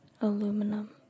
aluminum